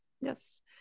Yes